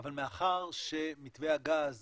אבל מאחר שמתווה הגז